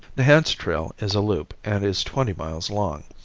the hance trail is a loop and is twenty miles long.